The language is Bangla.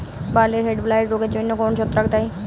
বার্লির হেডব্লাইট রোগের জন্য কোন ছত্রাক দায়ী?